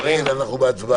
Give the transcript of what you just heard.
קארין, אנחנו בהצבעה.